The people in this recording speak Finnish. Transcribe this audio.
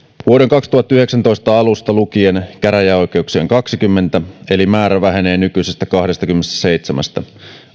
kaksituhattayhdeksäntoista alusta lukien käräjäoikeuksia on kaksikymmentä eli määrä vähenee nykyisestä kahdestakymmenestäseitsemästä